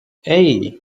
hey